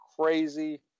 crazy